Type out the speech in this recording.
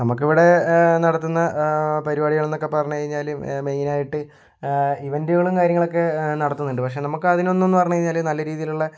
നമുക്കിവിടെ നടത്തുന്ന പരിപാടികളെന്നൊക്കെ പറഞ്ഞു കഴിഞ്ഞാൽ മെയിൻ ആയിട്ട് ഇവൻറ്റുകളും കാര്യങ്ങളൊക്കെ നടത്തുന്നുണ്ട് പക്ഷേ നമുക്കതിനൊന്നുമെന്ന് പറഞ്ഞു കഴിഞ്ഞാൽ നല്ല രീതിയിലുള്ള